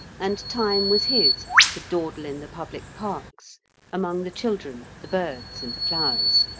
and time was his to dawdle in the public parks among the children, the birds, and the flowers.